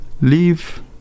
leave